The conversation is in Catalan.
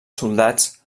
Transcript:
soldats